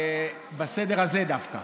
בסדר הזה דווקא,